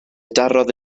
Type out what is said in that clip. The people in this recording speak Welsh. darodd